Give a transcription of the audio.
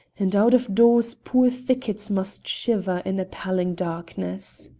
and out of doors poor thickets must shiver in appalling darkness.